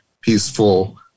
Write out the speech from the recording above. peaceful